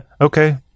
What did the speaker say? Okay